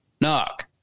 knock